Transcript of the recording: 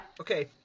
Okay